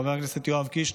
חבר הכנסת יואב קיש,